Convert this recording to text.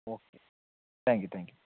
oh thank you thank you